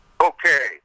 okay